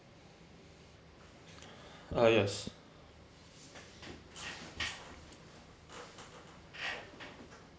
uh yes